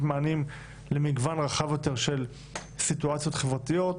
מענים למגוון רחב יותר של סיטואציות חברתיות,